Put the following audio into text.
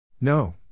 No